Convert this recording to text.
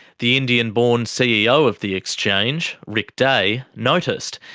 the indian-born ceo of the exchange, rick day, noticed,